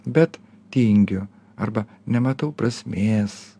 bet tingiu arba nematau prasmės